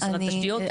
משרד התשתיות?